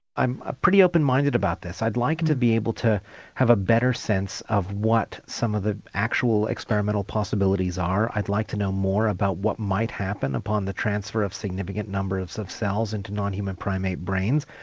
i'm ah pretty open-minded about this. i'd like to be able to have a better sense of what some of the actual experimental possibilities are. i'd like to know more about what might happen upon the transfer of significant numbers of cells into non-human primate brains.